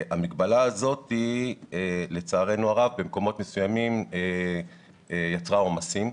המגבלה הזאת לצערנו הרב במקומות מסוימים יצרה עומסים,